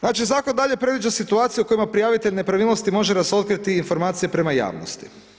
Znači zakon dalje predviđa situacije u kojima prijavitelj nepravilnosti može razotkriti i informacije prema javnosti.